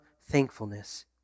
thankfulness